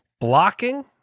Blocking